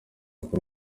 kuri